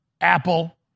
Apple